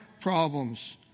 problems